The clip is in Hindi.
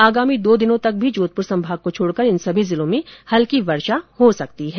आगामी दो दिनों तक भी जोधपुर संभाग को छोड़कर इन सभी जिलों में हल्की वर्षा हो सकती है